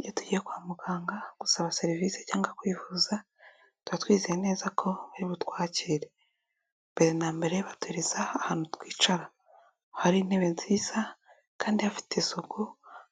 Iyo tugiye kwa muganga gusaba serivisi cyangwa kwivuza tuba twizeye neza ko bari butwakire mbere na mbere baduhereza ahantu twicara, hari intebe nziza kandi bafite isuku